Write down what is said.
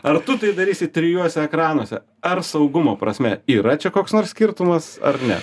ar tu tai darysi trijuose ekranuose ar saugumo prasme yra čia koks nors skirtumas ar ne